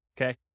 okay